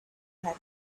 had